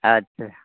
अच्छा